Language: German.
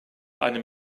einem